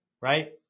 right